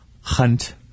hunt